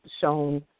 shown